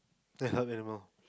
let's start with animal